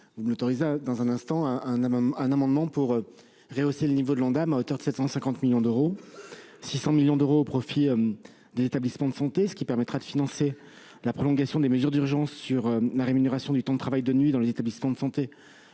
présenterai dans un instant un amendement pour rehausser le niveau de l'Ondam à hauteur de 750 millions d'euros, dont 600 millions au profit des établissements de santé, ce qui permettra de financer la prolongation des mesures d'urgence sur la rémunération du temps de travail de nuit. Nous financerons cette